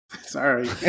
sorry